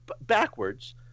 backwards